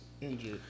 injured